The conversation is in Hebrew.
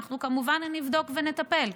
ואנחנו כמובן נבדוק ונטפל.